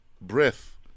Breath